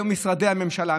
היום משרדי הממשלה,